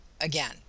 Again